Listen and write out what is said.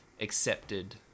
accepted